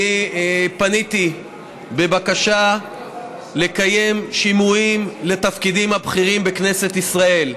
אני פניתי בבקשה לקיים שימועים לתפקידים הבכירים בכנסת ישראל.